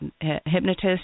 hypnotist